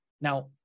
now